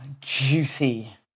juicy